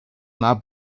not